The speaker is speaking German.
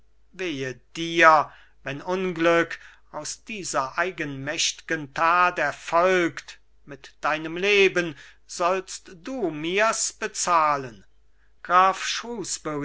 wehe dir wenn unglück aus dieser eigenmächt'gen tat erfolgt mit deinem leben sollst du mir's bezahlen